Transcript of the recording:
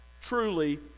truly